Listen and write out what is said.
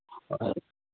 ꯑꯍꯣꯏ